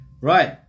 Right